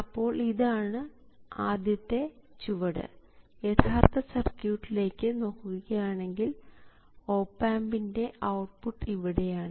അപ്പോൾ ഇതാണ് ആദ്യത്തെ ചുവട് യഥാർത്ഥ സർക്യൂട്ടിലേക്ക് നോക്കുകയാണെങ്കിൽ ഓപ് ആമ്പിൻറെ ഔട്ട്പുട്ട് ഇവിടെയാണ്